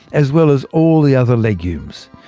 as well as all the other legumes.